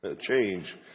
change